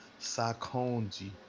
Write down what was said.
Sakonji